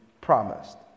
promised